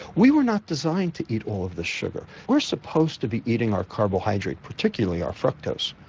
we were not designed to eat all of this sugar, we're supposed to be eating our carbohydrate, particularly our fructose,